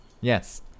Yes